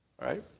Right